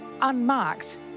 unmarked